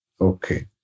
Okay